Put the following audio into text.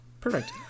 Perfect